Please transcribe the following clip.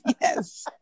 Yes